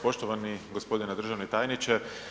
Poštovani gospodine državni tajniče.